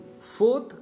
fourth